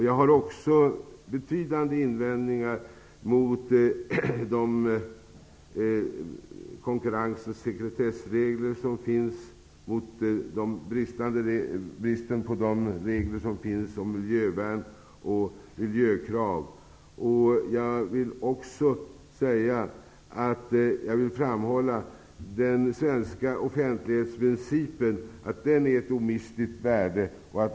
Jag har även betydande invändningar mot de konkurrens och sekretessregler som finns och mot bristen på regler om miljövärn och miljökrav. Jag vill dessutom framhålla att den svenska offentlighetsprincipen är av ett omistligt värde.